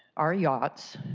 our yachts,